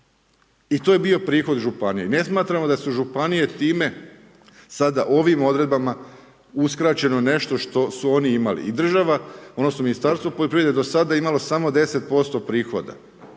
I to je bio prihod županije. Ne smatramo da su županije time, sada ovim odredbama uskraćene za nešto što su imale. Država odnosno Ministarstvo poljoprivrede do sada je imalo samo 10% prihoda.